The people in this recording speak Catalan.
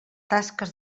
tasques